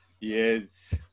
Yes